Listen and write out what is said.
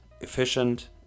efficient